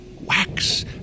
Wax